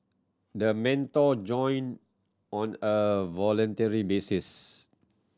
the mentor join on a voluntary basis